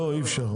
לא, אי אפשר.